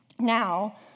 Now